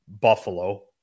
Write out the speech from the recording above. Buffalo